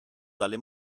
dalle